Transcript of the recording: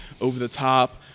over-the-top